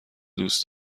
دوست